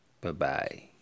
Bye-bye